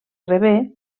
rebé